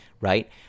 Right